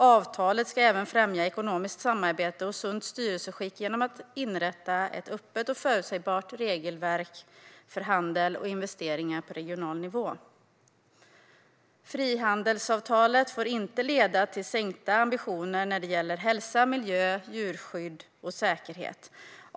Avtalet ska även främja ekonomiskt samarbete och sunt styrelseskick genom att det inrättas ett öppet och förutsägbart regelverk för handel och investeringar på regional nivå. Frihandelsavtalet får inte leda till sänkta ambitioner när det gäller hälsa, miljö, djurskydd och säkerhet.